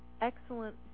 excellent